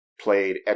played